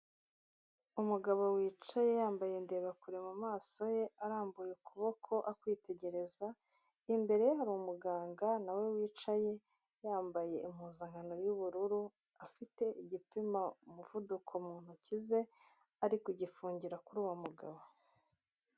Umugabo wicaye yambaye ndeba kure mu maso ye arambuye ukuboko akwitegereza, imbere hari umuganga nawe wicaye yambaye impuzankano y'ubururu afite igipima umuvuduko mu ntoki ze ari kugifungira kuri uwo mugabo.